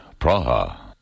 Praha